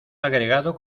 agregado